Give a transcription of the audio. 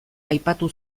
aipatu